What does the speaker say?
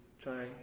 try